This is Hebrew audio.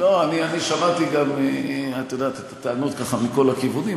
אני שמעתי את הטענות מכל הכיוונים,